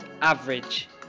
average